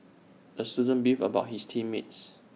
the student beefed about his team mates